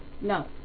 No